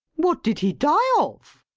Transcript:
what did he die of?